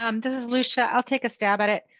um this is lucia, i'll take a stab at it.